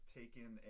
taken